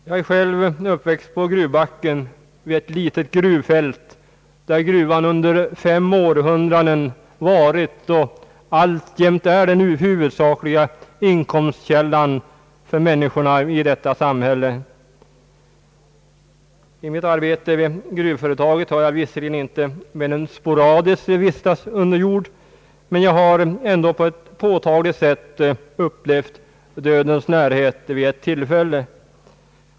Jag är själv uppväxt på gruvbacken vid ett litet gruvfält, där gruvan under fem århundraden varit och alltjämt är den huvudsakliga inkomstkällan för människorna. I mitt arbete vid gruvföretaget har jag visserligen inte mer än sporadiskt vistats under jord, men jag har ändå på ett påtagligt sätt upplevt dödens närhet vid ett tillfälle.